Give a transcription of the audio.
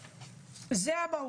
זה קצת ברור,